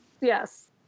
Yes